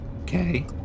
Okay